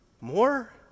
more